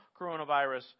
coronavirus